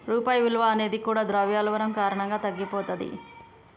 రూపాయి విలువ అనేది కూడా ద్రవ్యోల్బణం కారణంగా తగ్గిపోతది